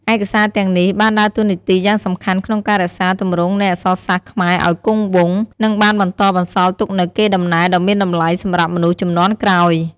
ឯកសារទាំងនេះបានដើរតួនាទីយ៉ាងសំខាន់ក្នុងការរក្សាទម្រង់នៃអក្សរសាស្ត្រខ្មែរឱ្យគង់វង្ស និងបានបន្តបន្សល់ទុកនូវកេរដំណែលដ៏មានតម្លៃសម្រាប់មនុស្សជំនាន់ក្រោយ។